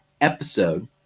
episode